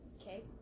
okay